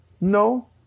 No